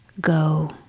go